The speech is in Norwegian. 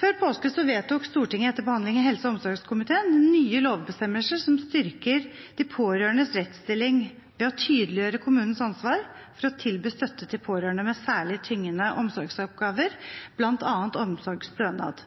Før påske vedtok Stortinget, etter behandling i helse- og omsorgskomiteen, nye lovbestemmelser som styrker de pårørendes rettsstilling ved å tydeliggjøre kommunenes ansvar for å tilby støtte til pårørende med særlig tyngende omsorgsoppgaver, bl.a. omsorgsstønad.